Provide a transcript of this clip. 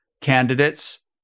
candidates